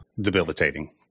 debilitating